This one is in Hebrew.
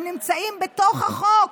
הם נמצאים בתוך החוק.